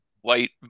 white